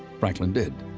franklin did.